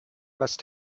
must